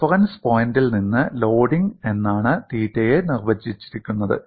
reference പോയിന്റിൽ നിന്ന് loading എന്നാണ് തീറ്റയെ നിർവചിച്ചിരിക്കുന്നത്